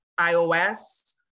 iOS